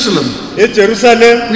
Jerusalem